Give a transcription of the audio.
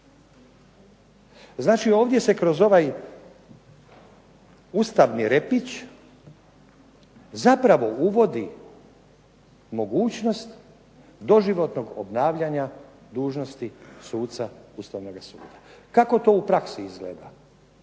Znači ovdje se kroz ovaj ustavni repić zapravo uvodi mogućnost doživotnog obnavljanja dužnosti suca Ustavnoga suda. Kako to u praksi izgleda.